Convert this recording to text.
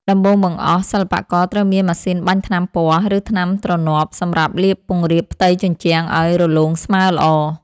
ដំបូងបង្អស់ សិល្បករត្រូវមានម៉ាស៊ីនបាញ់ថ្នាំពណ៌ ឬថ្នាំទ្រនាប់សម្រាប់លាបពង្រាបផ្ទៃជញ្ជាំងឱ្យរលោងស្មើល្អ។